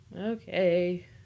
Okay